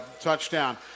touchdown